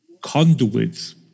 conduits